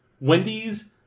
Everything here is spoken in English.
Wendy's